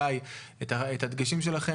אליי ולאלון,